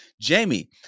Jamie